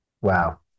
Wow